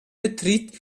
betritt